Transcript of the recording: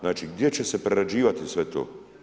Znači, gdje će se prerađivati sve to?